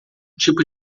tipo